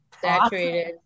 saturated